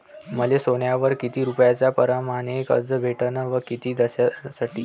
मले सोन्यावर किती रुपया परमाने कर्ज भेटन व किती दिसासाठी?